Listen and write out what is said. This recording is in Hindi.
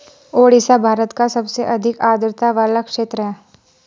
ओडिशा भारत का सबसे अधिक आद्रता वाला क्षेत्र है